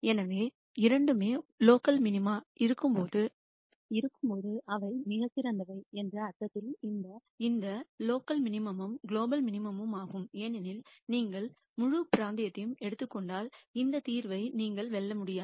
எனவே இரண்டுமே உள்ளூர் குறைந்தபட்சமாக இருக்கும்போது அவை மிகச் சிறந்தவை என்ற அர்த்தத்தில் இந்த உள்ளூர் குறைந்தபட்சமும் குளோபல் மினிமம் மாகும் ஏனெனில் நீங்கள் முழு பிராந்தியத்தையும் எடுத்துக் கொண்டால் இந்த தீர்வை நீங்கள் வெல்ல முடியாது